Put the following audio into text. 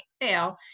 fail